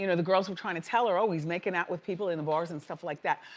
you know the girls were trying to tell her, always making out with people in the bars, and stuff like that.